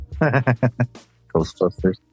Ghostbusters